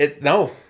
No